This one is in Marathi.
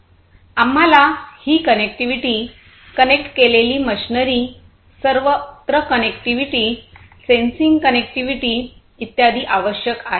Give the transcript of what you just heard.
आम्हाला ही कनेक्टिव्हिटी कनेक्ट केलेली मशिनरी सर्वत्र कनेक्टिव्हिटी सेन्सिंग कनेक्टिव्हिटी इत्यादी आवश्यक आहे